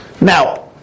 Now